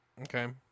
Okay